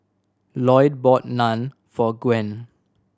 Loyd bought Naan for Gwen